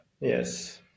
Yes